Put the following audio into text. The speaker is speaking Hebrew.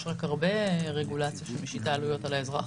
בואו נזכור שיש הרבה רגולציה שמשיתה עלויות על האזרח,